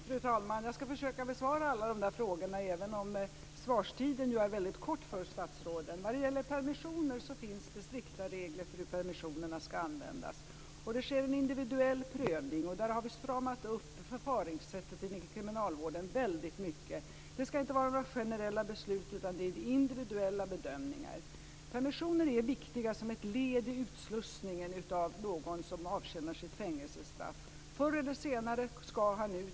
Fru talman! Jag skall försöka att besvara alla de där frågorna, även om svarstiden är mycket kort för statsråden. Det finns strikta regler för hur permissionerna skall användas. Det sker en individuell prövning. Där har vi stramat upp förfaringssättet i kriminalvården väldigt mycket. Det skall inte vara några generella beslut, utan det är individuella bedömningar. Permissioner är viktiga som ett led i utslussningen av någon som avtjänar sitt fängelsestraff. Förr eller senare skall han ut.